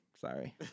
Sorry